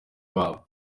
wabo